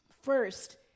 First